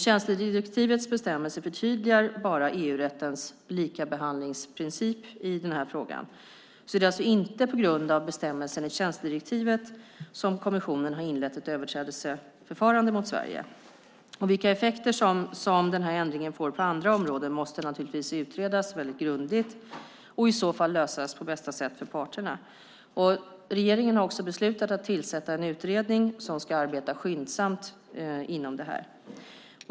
Tjänstedirektivets bestämmelser förtydligar bara EU-rättens likabehandlingsprincip i den här frågan. Det är alltså inte på grund av bestämmelserna i tjänstedirektivet som kommissionen har inlett ett överträdelseförfarande mot Sverige. Vilka effekter den här förändringen får på andra områden måste naturligtvis utredas väldigt grundligt och eventuella problem lösas på bästa sätt för parterna. Regeringen har också beslutat att tillsätta en utredning som ska arbeta skyndsamt med det här.